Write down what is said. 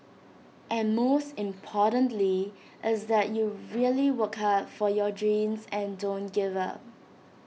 but most importantly is that you really work hard for your dreams and don't give up